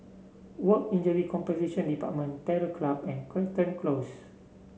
Work Injury Compensation Department Terror Club and Crichton Close